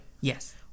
Yes